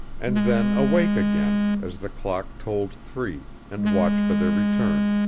and then awake again as the clock tolled three and watch for their return.